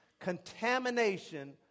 Contamination